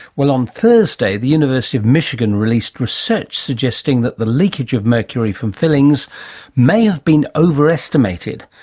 well, on thursday the university of michigan released research suggesting that the leakage of mercury from fillings may have been overestimated,